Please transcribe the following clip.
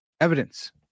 evidence